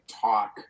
talk